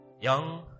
young